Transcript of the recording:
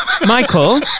Michael